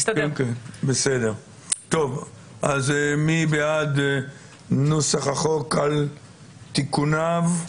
מי בעד נוסח החוק על תיקוניו?